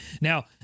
Now